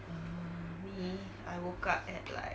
err me I woke up at like